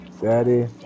Daddy